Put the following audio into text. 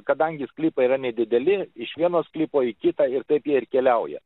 kadangi sklypai yra nedideli iš vieno sklypo į kitą ir taip jie ir keliauja